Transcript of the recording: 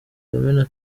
yamina